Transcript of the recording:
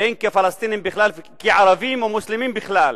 והן כפלסטינים בכלל, והן כערבים ומוסלמים בכלל,